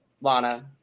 Lana